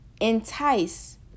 entice